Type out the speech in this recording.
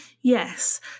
Yes